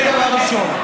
זה דבר ראשון.